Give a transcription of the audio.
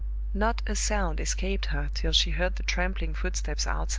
not a sound escaped her till she heard the trampling footsteps outside,